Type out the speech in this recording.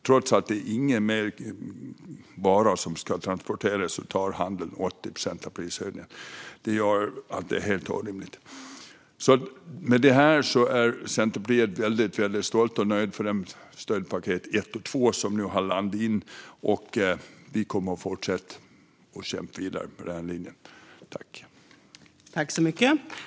Trots att det inte är mer vara som ska transporteras tar handeln 80 procent av prishöjningen. Det är helt orimligt. Med det här är vi i Centerpartiet väldigt stolta och nöjda över stödpaket 1 och 2 som har landat, och vi kommer att fortsätta att kämpa vidare på den linjen. Extra ändringsbudget för 2022 - Tillfälligt sänkt skatt på bensin och diesel samt hante-ring av överskott av vaccindoser